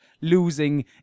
losing